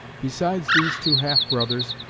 besides these two half-brothers,